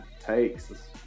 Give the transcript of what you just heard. takes